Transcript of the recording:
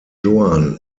joan